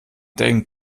denkt